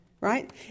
Right